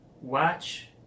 Watch